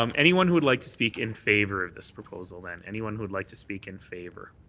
um anyone who would like to speak in favour of this proposal, then, anyone who would like to speak in favour.